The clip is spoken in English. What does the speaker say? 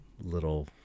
little